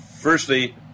Firstly